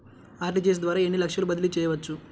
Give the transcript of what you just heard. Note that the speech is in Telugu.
అర్.టీ.జీ.ఎస్ ద్వారా ఎన్ని లక్షలు బదిలీ చేయవచ్చు?